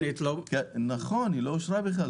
התוכנית לא אושרה בכלל,